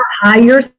higher